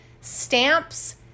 Stamps